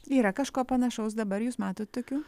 yra kažko panašaus dabar jus matot tokių